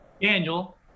Daniel